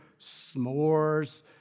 s'mores